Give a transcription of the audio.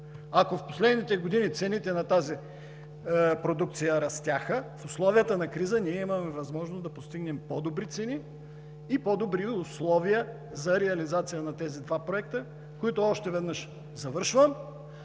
Ако в последните години цените на тази продукция растяха, в условията на криза ние имаме възможност да постигнем по-добри цени и по-добри условия за реализация на тези два проекта, които ще се реализират